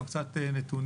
כדאי שנשמע קצת נתונים.